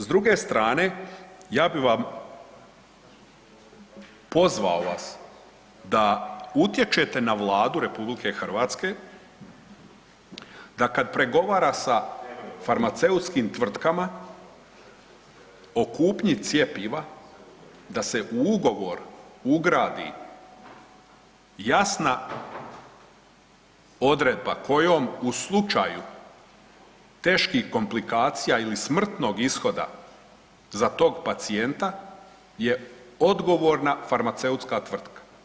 S druge strane ja bi vam, pozvao vas da utječete na Vladu Republike Hrvatske da kada pregovara sa farmaceutskim tvrtkama o kupnji cjepiva da se u ugovor ugradi jasna odredba kojom u slučaju teških komplikacija ili smrtnog ishoda za tog pacijenta je odgovorna farmaceutska tvrtka.